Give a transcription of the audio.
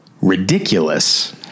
ridiculous